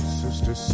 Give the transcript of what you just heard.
sister